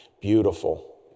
beautiful